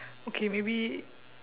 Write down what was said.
okay maybe